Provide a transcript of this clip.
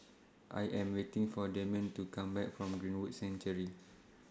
I Am waiting For Dameon to Come Back from Greenwood Sanctuary